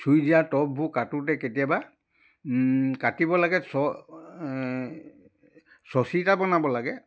চুইজাৰ টপবোৰ কাটোঁতে কেতিয়াবা কাটিব লাগে ছ ছচিটা বনাব লাগে